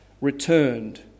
returned